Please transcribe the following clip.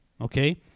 okay